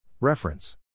Reference